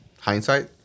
Hindsight